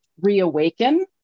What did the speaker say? reawaken